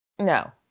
No